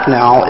now